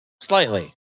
Slightly